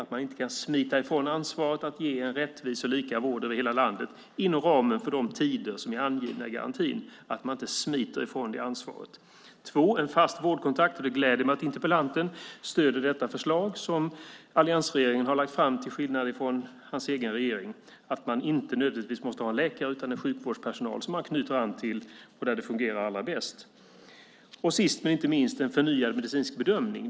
Man ska inte kunna smita ifrån ansvaret att ge en rättvis och lika vård över hela landet inom ramen för de tider som är angivna i garantin. Det andra är en fast vårdkontakt. Det gläder mig att interpellanten stöder detta förslag som alliansregeringen har lagt fram, till skillnad från hans egen regering. Det behöver inte nödvändigtvis vara en läkare utan kan vara övrig sjukvårdpersonal som man knyter an till och där det fungerar allra bäst. Sist men inte minst handlar det om en förnyad medicinsk bedömning.